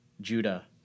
Judah